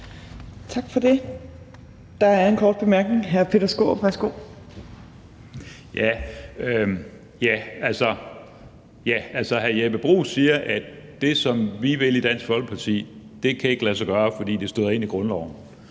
Tak for det. Der er en kort bemærkning. Hr. Peter Skaarup, værsgo. Kl. 13:28 Peter Skaarup (DF): Hr. Jeppe Bruus siger, at det, som vi vil i Dansk Folkeparti, ikke kan lade sig gøre, fordi det støder ind i grundloven.